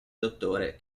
dottore